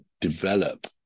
develop